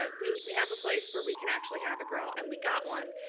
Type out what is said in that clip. ah we we have a place where we can actually have a grill. and we got one.